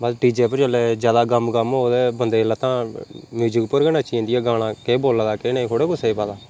बाकी D J उप्पर जेल्लै ज्यादा गम्म गम्म होवै ते बंदे दियां लत्तां म्यूजिक उप्पर गै नच्ची जंदियां गाना केह् बोला दा केह् नेईं थोह्ड़ा कुसै गी पता